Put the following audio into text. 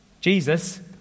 Jesus